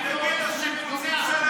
בצלאל סמוטריץ',